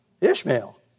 Ishmael